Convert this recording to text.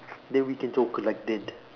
then we can talk like that